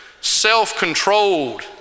self-controlled